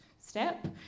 step